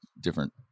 different